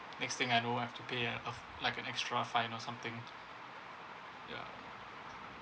next thing I don't want have to pay uh like an extra fine or something yeah